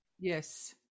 Yes